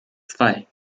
zwei